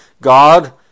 God